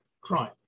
crime